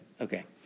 Okay